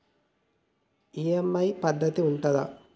EMI పద్ధతి ఉంటదా?